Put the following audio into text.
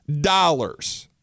dollars